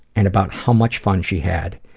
and about how much fun she had,